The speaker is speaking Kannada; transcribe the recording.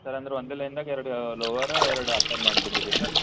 ಸರ್ ಅಂದ್ರೆ ಒಂದೇ ಲೈನ್ದಾಗ ಎರಡು ಲೋವರ ಎರಡು ಅಪ್ಪರ್ ಮಾಡಿಬಿಡ್ಲಿ ರೀ ಸರ್